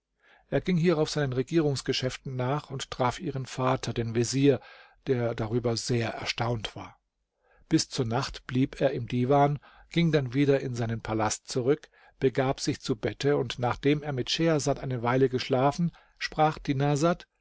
er ging hierauf seinen regierungsgeschäften nach und traf ihren vater den vezier der darüber sehr erstaunt war bis zur nacht blieb er im divan divan bedeutet hier staatsrat wird aber auch sonst für jede versammlung wo staatsgeschäfte besorgt werden gebraucht das wort heißt eigentlich rat wird aber auch bekanntlich von einer sammlung gedichte und von einem sofa gebraucht ging dann wieder in seinen palast zurück begab sich zu bette und nachdem er mit schehersad eine weile geschlafen sprach